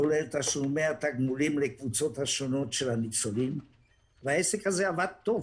כולל תשלומי התגמולים לקבוצות השונות של הניצולים והעסק הזה עבד טוב.